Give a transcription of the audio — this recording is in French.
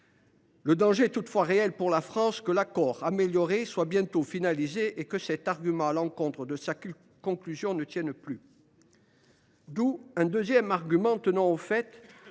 Le danger est toutefois réel pour la France que l’accord amélioré ne soit bientôt finalisé et que cet argument à l’encontre de sa conclusion ne tienne plus. Deuxième argument, les produits